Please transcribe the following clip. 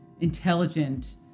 intelligent